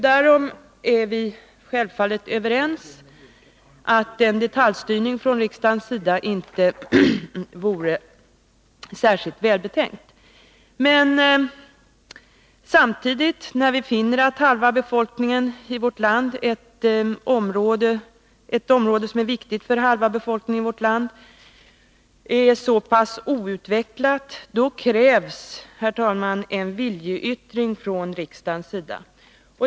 Därom är vi självfallet överens — att en detaljstyrning från riksdagens sida inte vore särskilt välbetänkt — men när ett område som är så viktigt för halva befolkningen i vårt land är så outvecklat som detta område är, då krävs, herr talman, en viljeyttring från riksdagens sida.